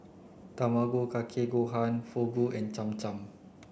Tamago Kake Gohan Fugu and Cham Cham